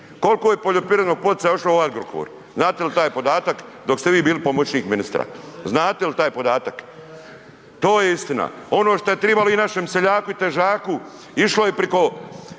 Koliko je poljoprivrednog poticaja otišlo u Agrokor, znate li taj podatak dok ste vi bili pomoćnik ministra? Znate li taj podatak? To je istina. Ono što je trebalo i našem seljaku i težaku išlo je preko